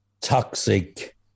toxic